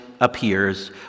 appears